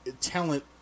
Talent